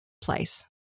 place